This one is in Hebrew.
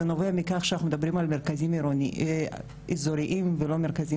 זה נובע מכך שאנחנו מדברים על מרכזים אזוריים ולא מרכזים